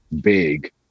big